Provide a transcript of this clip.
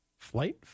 Flight